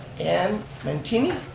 ann mantini?